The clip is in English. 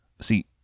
See